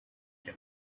bya